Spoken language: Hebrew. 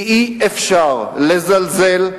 כי אי-אפשר לזלזל,